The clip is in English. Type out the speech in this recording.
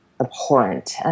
abhorrent